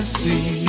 see